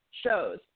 Shows